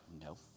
no